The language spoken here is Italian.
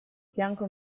fianco